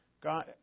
God